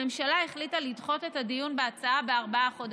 הממשלה החליטה לדחות את הדיון בהצעה בארבעה חודשים.